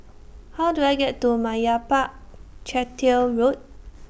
How Do I get to Meyappa Chettiar Road